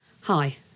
Hi